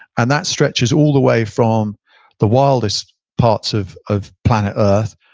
and that stretches all the way from the wildest parts of of planet earth,